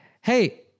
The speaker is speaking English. Hey